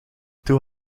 doe